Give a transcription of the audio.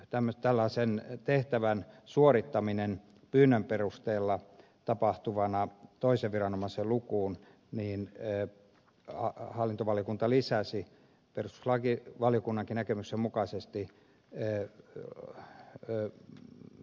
tämä tällaisen tehtävän suorittaminen pyynnön perusteella tapahtuvana toisen viranomaisen lukuun hallintovaliokunta lisäsi perustuslakivaliokunnankin näkemyksen mukaisesti ellei koko euta